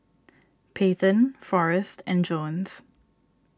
Paityn Forrest and Jones